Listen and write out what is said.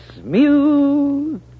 smooth